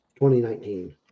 2019